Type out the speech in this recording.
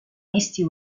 misty